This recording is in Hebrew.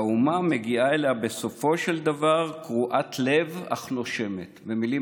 והאומה מגיעה אליה בסופו של דבר "קרועת לב אך נושמת".